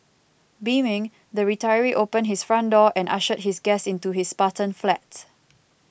beaming the retiree opened his front door and ushered his guest into his spartan flat